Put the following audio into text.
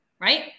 Right